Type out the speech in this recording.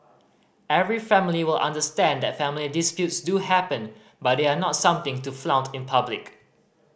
every family will understand that family disputes do happen but they are not something to flaunt in public